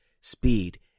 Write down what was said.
speed